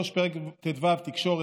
3. פרק ט"ו (תקשורת),